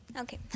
Okay